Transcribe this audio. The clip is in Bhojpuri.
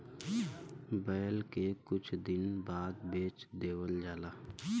बैल के कुछ दिन बाद बेच देवल जाला